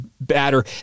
batter